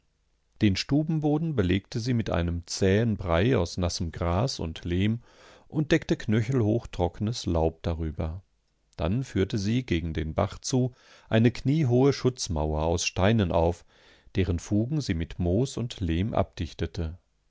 den stubenboden belegte sie mit einem zähen brei aus nassem gras und lehm und deckte knöchelhoch trockenes laub darüber dann führte sie gegen den bach zu eine kniehohe schutzmauer aus steinen auf deren fugen sie mit moos und lehm abdichtete